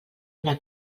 una